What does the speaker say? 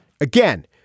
Again